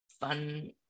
fun